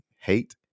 hate